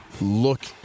look